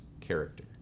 character